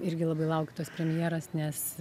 irgi labai laukiu tos premjeros nes